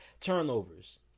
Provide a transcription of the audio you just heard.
turnovers